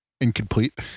Incomplete